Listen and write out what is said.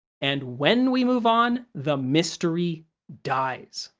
and when we move on, the mystery dies.